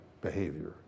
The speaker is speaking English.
behavior